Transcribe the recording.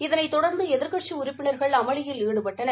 இதனைத் தொடர்ந்து எதிர்க்கட்சி உறுப்பினர்கள் அமளியில் ஈடுபட்டனர்